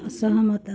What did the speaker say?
ଅସହମତ